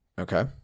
Okay